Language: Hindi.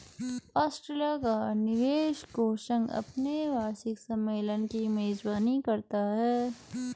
ऑस्ट्रेलिया का निवेश कोष संघ अपने वार्षिक सम्मेलन की मेजबानी करता है